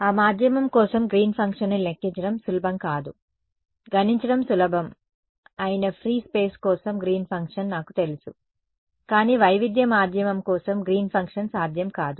ఆ మాధ్యమం కోసం గ్రీన్ ఫంక్షన్ని లెక్కించడం సులభం కాదు గణించడం సులభం అయిన ఫ్రీ స్పేస్ కోసం గ్రీన్ ఫంక్షన్ నాకు తెలుసు కానీ వైవిధ్య మాధ్యమం కోసం గ్రీన్ ఫంక్షన్ సాధ్యం కాదు